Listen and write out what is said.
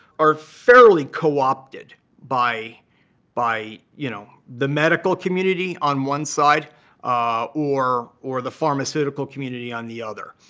are fairly co-opted by by you know the medical community on one side or or the pharmaceutical community on the other.